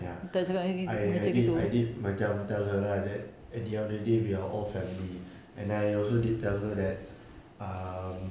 ya I I did I did macam tell her lah that at the end of the day we are all family and I also did tell her that uh